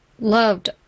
loved